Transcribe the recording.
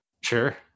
Sure